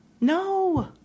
No